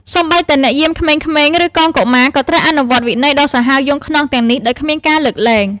សូម្បីតែអ្នកយាមក្មេងៗ ឬកងកុមារ ក៏ត្រូវអនុវត្តវិន័យដ៏សាហាវយង់ឃ្នងទាំងនេះដោយគ្មានការលើកលែង។